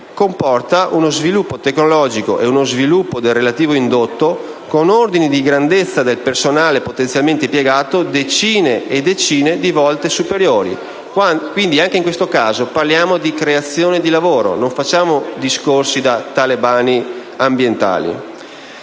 comporta uno sviluppo tecnologico ed uno sviluppo del relativo indotto con ordini di grandezza del personale potenzialmente impiegato decine di volte superiori. Anche in questo caso, pertanto, parliamo di creazione di lavoro e non facciamo discorsi da talebani ambientali.